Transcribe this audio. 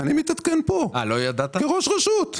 אני מתעדכן פה כראש רשות.